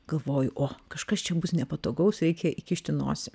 galvoju o kažkas čia bus nepatogaus reikia įkišti nosį